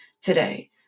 today